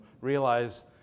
realize